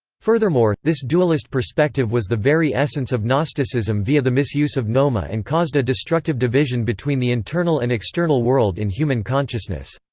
furthermore, this dualist perspective was the very essence of gnosticism via the misuse of noema and caused a destructive division between the internal and external world in human consciousness.